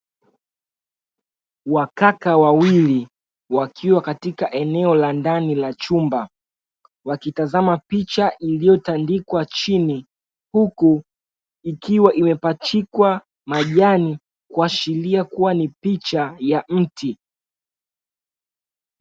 Wakaka wawili wakiwa katika eneo la ndani la chumba wakitazama picha iliyotandikwa chini ,huku ikiwa imepachikwa majani kuashiria kuwa ni picha ya mti.